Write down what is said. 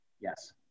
Yes